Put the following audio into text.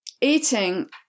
eating